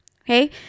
Okay